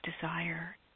desire